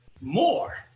more